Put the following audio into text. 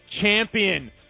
champion